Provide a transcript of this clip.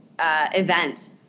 event